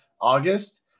August